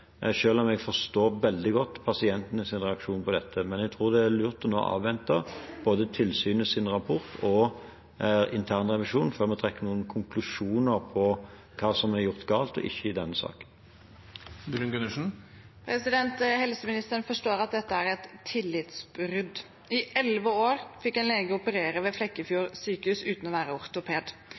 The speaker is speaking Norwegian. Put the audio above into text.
om jeg forstår veldig godt pasientenes reaksjon på dette. Men jeg tror det er lurt nå å avvente både tilsynets rapport og internrevisjonen før vi trekker noen konklusjoner om hva som er gjort galt og ikke i denne saken. Helseministeren forstår at dette er et tillitsbrudd. I elleve år fikk en lege operere ved Flekkefjord sykehus uten å være ortoped.